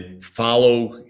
follow